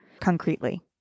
concretely